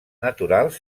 naturals